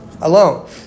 Alone